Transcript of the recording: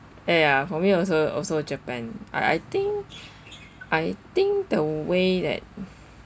ya ya for me also also japan I I think I think the way that